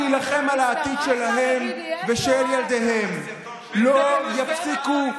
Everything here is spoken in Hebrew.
להילחם על העתיד שלהם ושל ילדיהם לא יפסיקו.